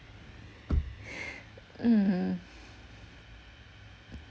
mmhmm